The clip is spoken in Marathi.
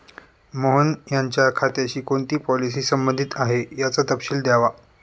मोहन यांच्या खात्याशी कोणती पॉलिसी संबंधित आहे, याचा तपशील द्यावा